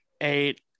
eight